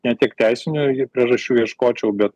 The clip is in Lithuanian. ne tik teisinių priežasčių ieškočiau bet